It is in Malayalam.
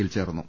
യിൽ ചേർന്നു